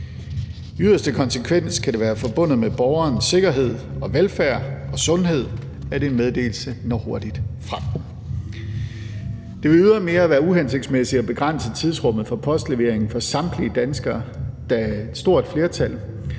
I yderste konsekvens kan det være forbundet med borgerens sikkerhed, velfærd og sundhed, at en meddelelse når hurtigt frem. Det vil ydermere være uhensigtsmæssigt at begrænse tidsrummet for postlevering for samtlige danskere, da et stort flertal,